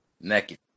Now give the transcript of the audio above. Naked